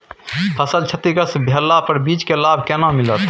फसल क्षतिग्रस्त भेला पर बीमा के लाभ केना मिलत?